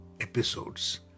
episodes